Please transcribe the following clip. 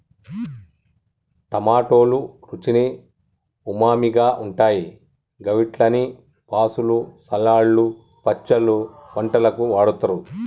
టమాటోలు రుచికి ఉమామిగా ఉంటాయి గవిట్లని సాసులు, సలాడ్లు, పచ్చళ్లు, వంటలకు వాడుతరు